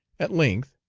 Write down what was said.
at length,